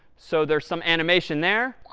so there's some animation there.